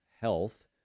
health